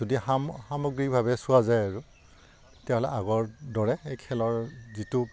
যদি সাম সামগ্ৰিকভাবে চোৱা যায় আৰু তেতিয়াহ'লে আগৰ দৰে এই খেলৰ যিটো